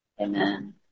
Amen